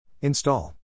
Install